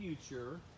future